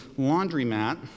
laundromat